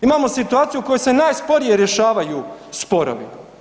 Imamo situaciju u kojoj se najsporije rješavaju sporovi.